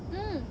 mm